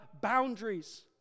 boundaries